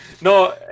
No